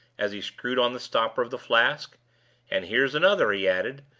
as he screwed on the stopper of the flask and here's another, he added,